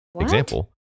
Example